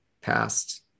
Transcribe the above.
passed